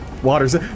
Waters